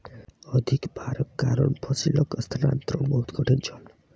अधिक भारक कारण फसिलक स्थानांतरण बहुत कठिन छल